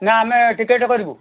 ନାଁ ଆମେ ଟିକେଟ୍ କରିବୁ